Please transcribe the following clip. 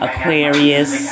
Aquarius